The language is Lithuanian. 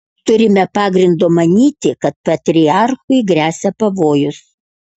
turime pagrindo manyti kad patriarchui gresia pavojus